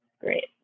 great